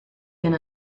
been